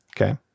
okay